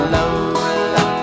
Lola